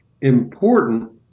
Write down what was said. important